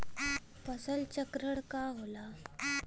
फसल चक्रण का होला?